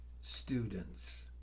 students